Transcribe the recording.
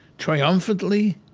triumphantly?